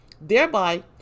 thereby